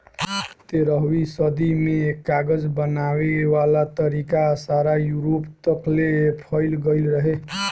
तेरहवीं सदी में कागज बनावे वाला तरीका सारा यूरोप तकले फईल गइल रहे